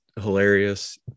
hilarious